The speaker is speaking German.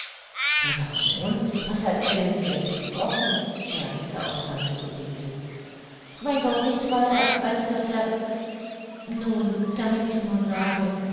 der baron was hat er denn wieder verbrochen scherzte auch tante ulrike mein gott nichts weiter als daß er nun damit ichs nur sage